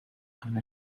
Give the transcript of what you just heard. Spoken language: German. eine